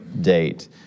date